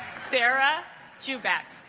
sarah jew back